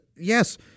yes